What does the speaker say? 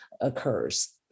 occurs